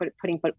putting